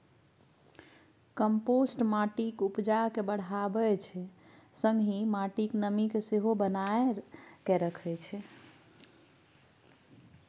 compost माटिक उपजा केँ बढ़ाबै छै संगहि माटिक नमी केँ सेहो बनाए कए राखै छै